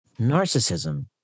Narcissism